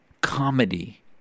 comedy